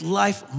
life